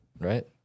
right